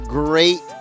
great